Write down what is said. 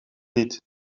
niet